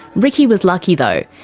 ricky was lucky, though.